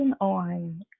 on